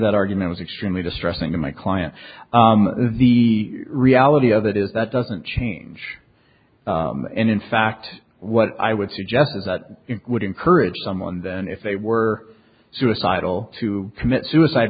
that argument is extremely distressing to my client the reality of it is that doesn't change in fact what i would suggest is that it would encourage someone then if they were suicidal to commit suicide